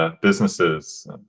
businesses